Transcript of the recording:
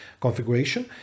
configuration